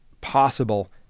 possible